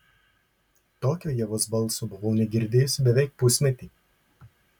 tokio ievos balso buvau negirdėjusi beveik pusmetį